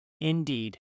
Indeed